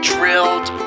Drilled